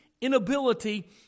inability